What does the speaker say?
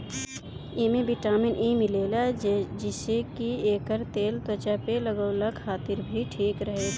एमे vitamin E मिलेला जेसे की एकर तेल त्वचा पे लगवला खातिर भी ठीक रहेला